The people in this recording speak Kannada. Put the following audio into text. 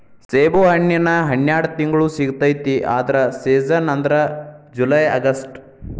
ಸೇಬುಹಣ್ಣಿನ ಹನ್ಯಾಡ ತಿಂಗ್ಳು ಸಿಗತೈತಿ ಆದ್ರ ಸೇಜನ್ ಅಂದ್ರ ಜುಲೈ ಅಗಸ್ಟ